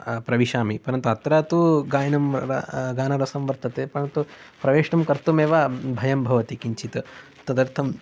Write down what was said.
प्रविशामि परन्तु अत्र तु गायनं गानरसं वर्तते परन्तु प्रवेष्टुं कर्तुमेव भयं भवति किञ्चित् तदर्थं